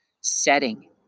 setting